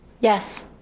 Yes